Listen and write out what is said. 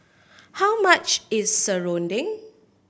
how much is serunding